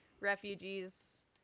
refugees